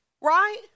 Right